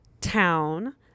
town